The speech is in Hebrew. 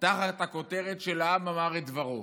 תחת הכותרת "העם אמר את דברו",